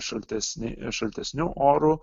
šaltesni šaltesniu oru